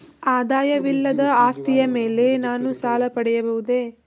ಆದಾಯವಿಲ್ಲದ ಆಸ್ತಿಯ ಮೇಲೆ ನಾನು ಸಾಲ ಪಡೆಯಬಹುದೇ?